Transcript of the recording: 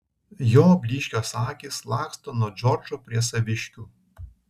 jo blyškios akys laksto nuo džordžo prie saviškių